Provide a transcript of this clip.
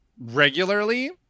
regularly